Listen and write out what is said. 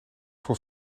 voor